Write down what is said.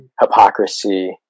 hypocrisy